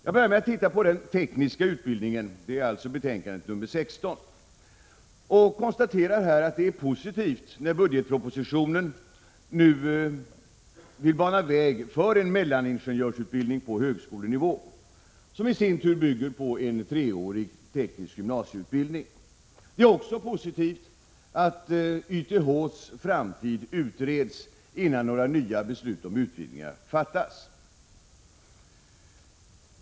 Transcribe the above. Jag börjar med att se på den tekniska utbildningen. Det gäller alltså betänkande 16. Här kan jag konstatera att det är positivt att budgetpropositionen nu banar väg för en mellaningenjörsutbildning på högskolenivå som i sin tur bygger på en treårig teknisk gymnasieutbildning. Det är också positivt att YTH:s framtid utreds innan några nya beslut om utvidgningar fattas.